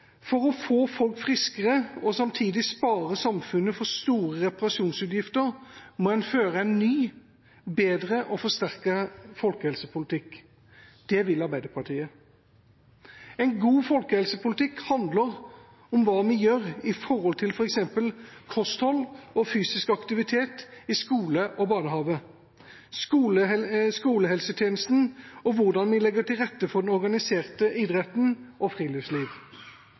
For å få folk friskere og samtidig spare samfunnet for store reparasjonsutgifter må en føre en ny, bedre og forsterket folkehelsepolitikk. Det vil Arbeiderpartiet. En god folkehelsepolitikk handler om hva en gjør for f.eks. kosthold og fysisk aktivitet i skole og barnehage og for skolehelsetjenesten, og hvordan en legger til rette for den organiserte idretten og